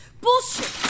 Bullshit